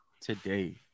today